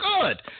good